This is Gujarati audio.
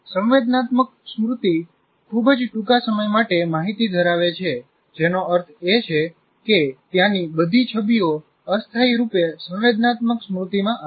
સંવેદનાત્મક સ્મૃતિ ખૂબ જ ટૂંકા સમય માટે માહિતી ધરાવે છે જેનો અર્થ છે કે ત્યાંની બધી છબીઓ અસ્થાયી રૂપે સંવેદનાત્મક સ્મૃતિમાં આવે છે